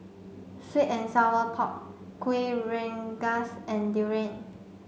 sweet and sour pork Kuih Rengas and durian